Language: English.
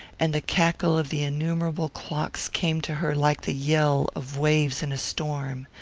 and the cackle of the innumerable clocks came to her like the yell of waves in a storm.